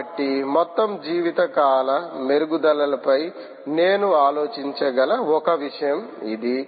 కాబట్టి మొత్తం జీవితకాల మెరుగుదలలపై నేను ఆలోచించగల ఒక విషయం ఇది